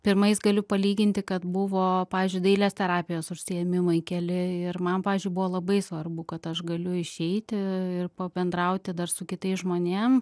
pirmais galiu palyginti kad buvo pavyzdžiui dailės terapijos užsiėmimai keli ir man pavyzdžiui buvo labai svarbu kad aš galiu išeiti ir pabendrauti dar su kitais žmonėm